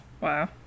Wow